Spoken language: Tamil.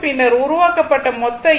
பின்னர் உருவாக்கப்பட்ட மொத்த ஈ